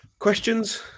Questions